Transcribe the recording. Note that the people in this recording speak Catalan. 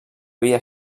via